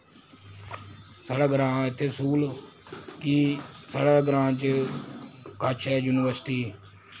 साढ़ै ग्रां इत्थै सूह्ल कि साढ़े ग्रां च कच्छ ऐ यूनिवर्सिटी